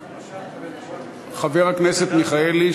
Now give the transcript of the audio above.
חבר הכנסת מיכאלי,